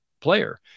player